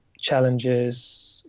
challenges